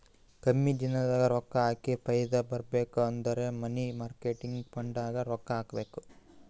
ಕಮ್ಮಿ ದಿನದಾಗ ರೊಕ್ಕಾ ಹಾಕಿ ಫೈದಾ ಬರ್ಬೇಕು ಅಂದುರ್ ಮನಿ ಮಾರ್ಕೇಟ್ ಫಂಡ್ನಾಗ್ ರೊಕ್ಕಾ ಹಾಕಬೇಕ್